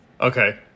Okay